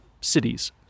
cities